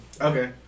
Okay